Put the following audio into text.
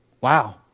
Wow